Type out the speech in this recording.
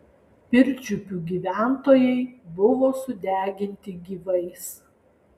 pirčiupių gyventojai buvo sudeginti gyvais